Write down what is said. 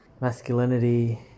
masculinity